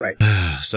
right